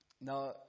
Now